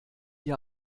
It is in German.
ihr